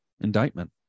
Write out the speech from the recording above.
indictment